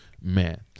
man